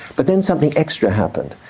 but then something extra happened.